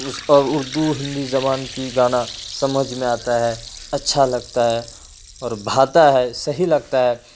اس اور اردو ہندی زبان کی گانا سمجھ میں آتا ہے اچھا لگتا ہے اور بھاتا ہے صحیح لگتا ہے